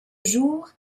jour